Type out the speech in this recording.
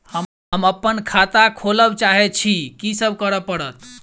हम अप्पन खाता खोलब चाहै छी की सब करऽ पड़त?